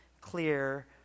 clear